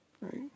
right